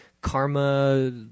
Karma